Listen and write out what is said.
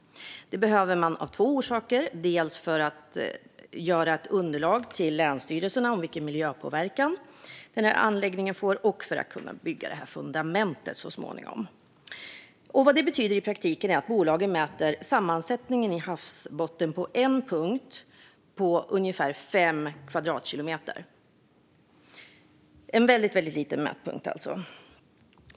Det behöver man av två orsaker. Dels för att göra ett underlag till länsstyrelserna om vilken miljöpåverkan som anläggningen får, dels för att kunna bygga fundamentet så småningom. Vad det betyder i praktiken är att bolagen mäter sammansättningen i havsbotten på en punkt på ungefär fem kvadratkilometer. Det är alltså en väldigt liten mätpunkt.